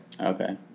Okay